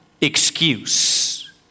excuse